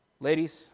Ladies